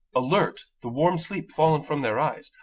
alert, the warm sleep fallen from their eyes,